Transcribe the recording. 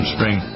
Spring